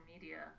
media